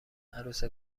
عروس